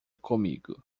comigo